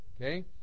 Okay